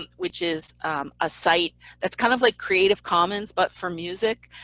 which is a site that's kind of like creative commons but for music,